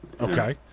Okay